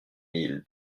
mille